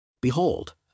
Behold